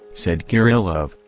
said kirillov,